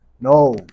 no